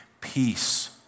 peace